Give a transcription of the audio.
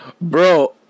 Bro